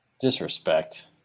Disrespect